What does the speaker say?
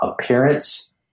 appearance